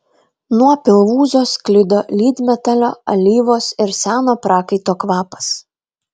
nuo pilvūzo sklido lydmetalio alyvos ir seno prakaito kvapas